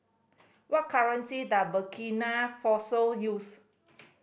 what currency does Burkina Faso use